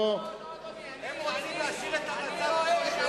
לא, אדוני, הם רוצים להשאיר את המצב כמו שהוא.